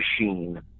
Machine